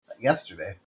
yesterday